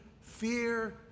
Fear